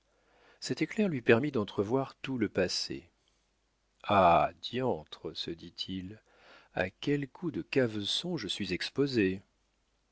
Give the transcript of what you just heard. cet éclair lui permit d'entrevoir tout le passé ah diantre se dit-il à quel coup de caveçon je suis exposé